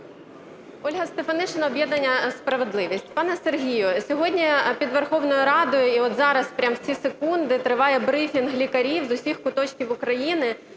Ольга Стефанишина, об'єднання "Справедливість". Пане Сергію, сьогодні під Верховною Радою і от зараз прямо в ці секунди триває брифінг лікарів з усіх куточків України,